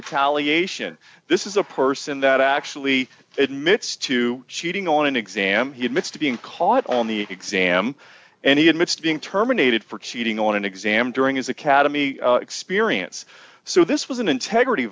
retaliation this is a person that actually admits to cheating on an exam he admits to being caught on the exam and he admits to being terminated for cheating on an exam during his academy experience so this was an integrity